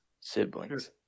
Siblings